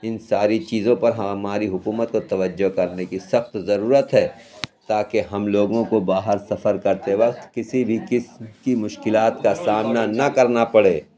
اِن ساری چیزوں پر ہماری حکومت اور توجہ کرنے کی سخت ضرورت ہے تاکہ ہم لوگوں کو باہر سفر کرتے وقت کسی بھی قسم کی مشکلات کا سامنا نہ کرنا پڑے